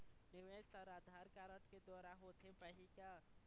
निवेश हर आधार कारड के द्वारा होथे पाही का?